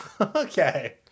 Okay